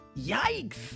Yikes